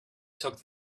took